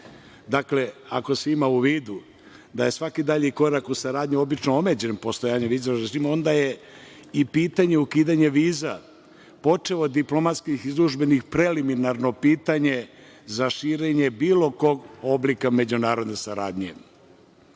ako se ima u vidu da je svaki dalji korak u saradnji obično omeđen postojanjem viznog režima, onda je i pitanje ukidanja viza, počev od diplomatskih i službenih, preliminarno pitanje za širenje bilo kog oblika međunarodne saradnje. Govorim